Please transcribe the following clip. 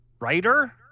writer